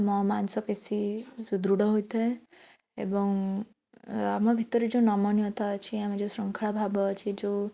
ଆମ ମାଂସପେଶୀ ସୁଦୃଢ଼ ହୋଇଥାଏ ଏବଂ ଆମ ଭିତରେ ଯେଉଁ ନମନୀୟତା ଅଛି ଆମେ ଯେଉଁ ଶୃଙ୍ଖଳା ଭାବ ଅଛି ଯେଉଁ